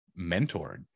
mentored